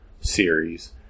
series